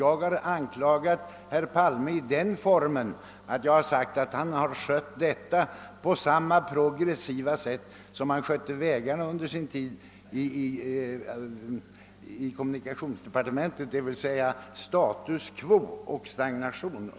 Jag har anklagat herr Palme så till vida, att jag har påstått, att han har skött frågan om färg-TV på samma progressiva sätt som han skötte vägarna under sin tid i kommunikationsdepartementet, d.v.s. med resultatet status quo och stagnation.